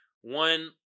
One